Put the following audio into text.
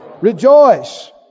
Rejoice